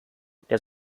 der